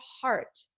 heart